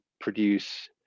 produce